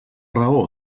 raó